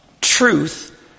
truth